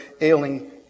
ailing